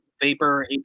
Vapor